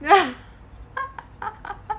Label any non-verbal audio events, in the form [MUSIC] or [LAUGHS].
[LAUGHS]